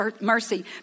mercy